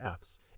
Fs